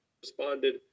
responded